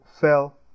fell